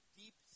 deep